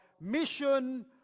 mission